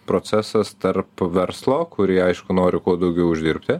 procesas tarp verslo kurį aišku nori kuo daugiau uždirbti